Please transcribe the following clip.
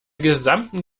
gesamten